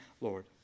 Lord